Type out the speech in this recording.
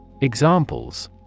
Examples